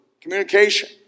Communication